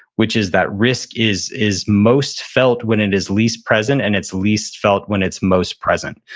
which is that risk is is most felt when it is least present, and it's least felt when it's most present.